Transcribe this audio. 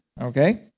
okay